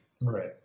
right